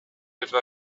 etwa